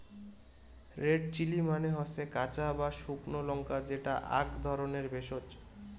red chilli মানে হসে কাঁচা বা শুকনো লঙ্কা যেটা আক ধরণের ভেষজ